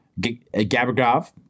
Gabagov